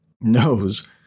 knows